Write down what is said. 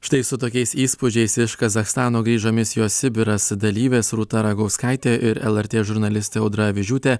štai su tokiais įspūdžiais iš kazachstano grįžo misijos sibiras dalyvės rūta ragauskaitė ir lrt žurnalistė audra avižiūtė